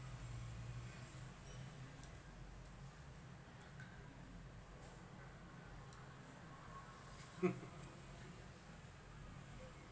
good